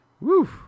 Woo